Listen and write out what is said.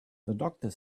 doctor